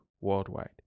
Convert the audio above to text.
worldwide